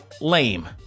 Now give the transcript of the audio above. lame